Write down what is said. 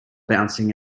bouncing